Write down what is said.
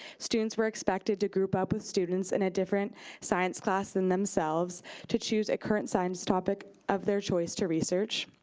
students were expected to group up with students in a different science class than themselves to choose a current science topic of their choice to research.